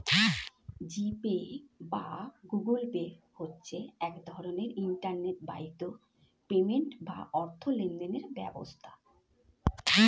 জি pay বা Google pay হচ্ছে এক রকমের ইন্টারনেট বাহিত পেমেন্ট বা অর্থ লেনদেনের ব্যবস্থা